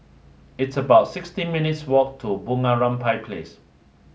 it's about sixty minutes' walk to Bunga Rampai Place